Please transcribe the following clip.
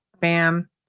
Bam